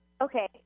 Okay